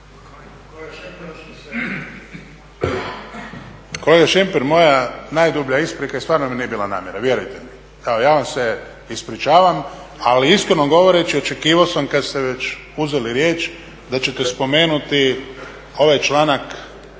Kolega Šemper moja najdublja isprika i stvarno mi nije bila namjera, vjerujte mi. Evo ja vam se ispričavam. Ali iskreno govoreći kada ste već uzeli riječ da ćete spomenuti ovaj članak